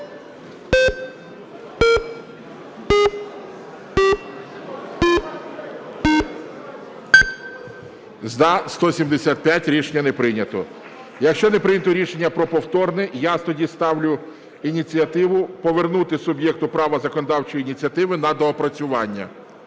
За-175 Рішення не прийнято. Якщо не прийнято рішення про повторне, я тоді ставлю ініціативу повернути суб'єкту права законодавчої ініціативи на доопрацювання.